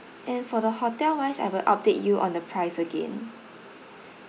and for the hotel wise I will update you on the price again